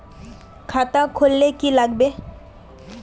खाता खोल ले की लागबे?